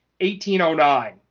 1809